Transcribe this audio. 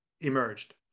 emerged